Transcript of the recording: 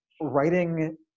Writing